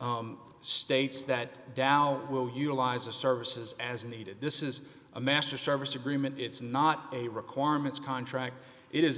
dollar states that tao will utilize the services as needed this is a master service agreement it's not a requirements contract i